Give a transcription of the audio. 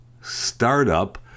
startup